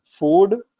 Food